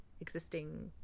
existing